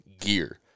gear